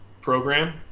program